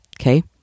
Okay